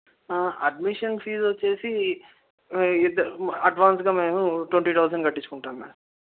admission fee వచ్చేసి అడ్వాన్స్గా మేము ట్వెంటీ థౌజండ్ కట్టించుకుంటాము మేడం